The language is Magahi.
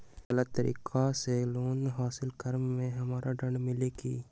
गलत तरीका से लोन हासिल कर्म मे हमरा दंड मिली कि?